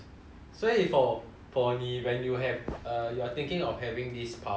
所以 for for 你 when you have uh you are thinking of having this power